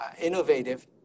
innovative